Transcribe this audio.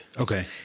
Okay